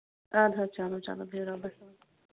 اَدٕ حظ چَلو چَلو بِہو رۄبس حوال